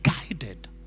guided